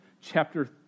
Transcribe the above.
chapter